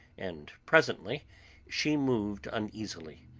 and presently she moved uneasily.